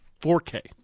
4K